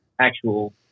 actual